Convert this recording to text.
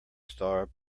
star